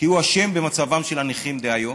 כי הוא אשם במצבם של הנכים דהיום,